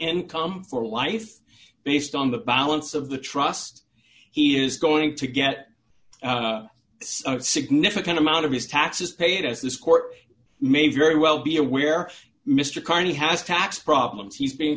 income for life based on the balance of the trust he is going to get a significant amount of his taxes paid as this court may very well be aware mister carney has tax problems he's being